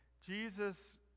Jesus